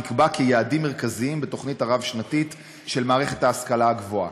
נקבעו כיעדים מרכזיים בתוכנית הרב-שנתית של מערכת ההשכלה הגבוהה.